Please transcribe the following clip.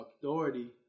authority